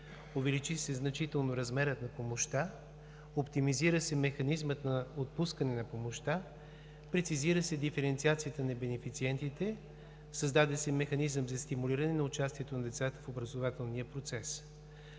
увеличи се значително размерът на помощта, оптимизира се механизмът на отпускане на помощта, прецизира се диференциацията на бенефициентите, създаде се механизъм за стимулиране на участието на децата в образователния процес.